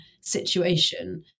situation